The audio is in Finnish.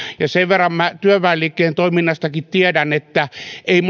ja sen verran minä työväenliikkeen toiminnastakin tiedän että ei